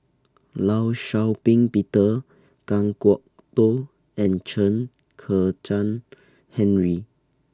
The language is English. law Shau Ping Peter Kan Kwok Toh and Chen Kezhan Henri